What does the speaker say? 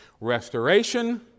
Restoration